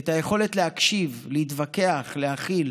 את היכולת להקשיב, להתווכח, להכיל,